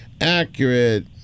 Accurate